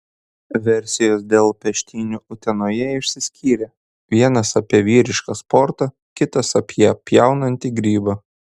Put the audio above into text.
versijos dėl peštynių utenoje išsiskyrė vienas apie vyrišką sportą kitas apie pjaunantį grybą